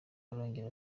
arongera